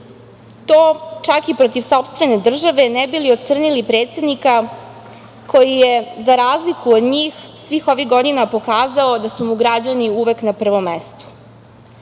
to čak i protiv sopstvene države ne bi li ocrnili predsednika koji je za razliku od njih svih ovih godina pokazao da su mu građani uvek na prvom